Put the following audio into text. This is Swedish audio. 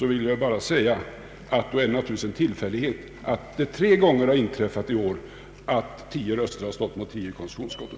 vill jag bara säga att då är det naturligtvis en tillfällighet att det har inträffat tre gånger i vår att tio röster har stått mot tio i konstitutionsutskottet.